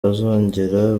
bazongera